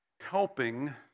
helping